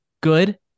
good